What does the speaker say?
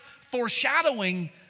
foreshadowing